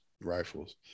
rifles